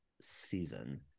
season